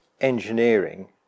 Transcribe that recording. engineering